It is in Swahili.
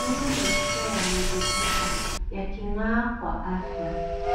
Meno meupe yameridhisha yaking'aa kwa afya.